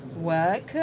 work